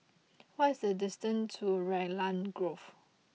what is the distance to Raglan Grove